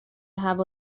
هوا